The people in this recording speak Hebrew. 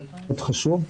-- -חשוב.